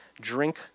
drink